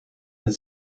het